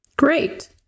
Great